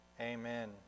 Amen